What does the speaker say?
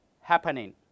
happening